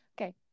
okay